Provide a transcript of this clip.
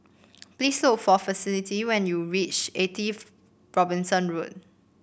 please look for Felicity when you reach Eighty Robinson Road